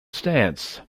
stance